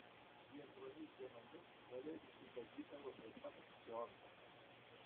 giedromis dienomis žaliai nusidažydavo ir pats fjordas